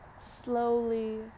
slowly